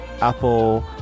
apple